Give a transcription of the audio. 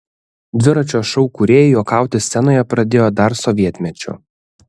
dviračio šou kūrėjai juokauti scenoje pradėjo dar sovietmečiu